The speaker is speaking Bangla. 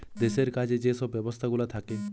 দেশের কাজে যে সব ব্যবস্থাগুলা থাকে